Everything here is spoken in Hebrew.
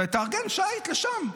תארגן שיט לשם.